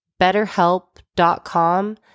betterhelp.com